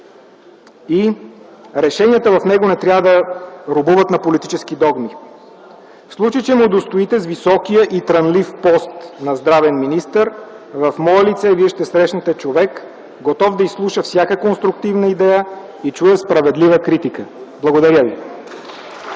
и решенията в него не трябва да робуват на политически догми. В случай че ме удостоите с високия и трънлив пост на здравен министър, в мое лице вие ще срещнете човек готов да изслуша всяка конструктивна идея и да чуе справедлива критика. Благодаря ви.